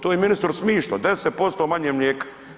To je ministru smješno, 10% manje mlijeka.